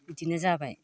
इदिनो जाबाय